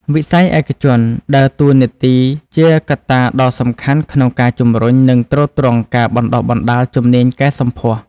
វិស័យឯកជនដើរតួនាទីជាកត្តាដ៏សំខាន់ក្នុងការជំរុញ និងទ្រទ្រង់ការបណ្តុះបណ្តាលជំនាញកែសម្ផស្ស។